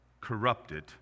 corrupted